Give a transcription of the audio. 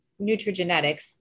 nutrigenetics